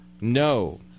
No